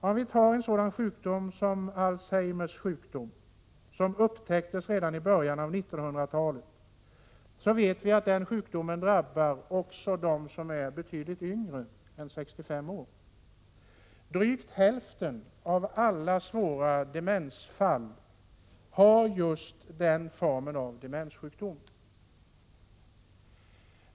Alzheimers sjukdom, som upptäcktes redan i början av 1900-talet, drabbar även betydligt yngre än 65-åringar. Drygt hälften av alla svåra demensfall gäller just den formen av demenssjukdom.